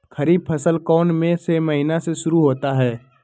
खरीफ फसल कौन में से महीने से शुरू होता है?